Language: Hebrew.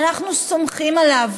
ואנחנו סומכים עליו,